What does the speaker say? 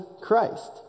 Christ